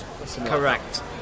Correct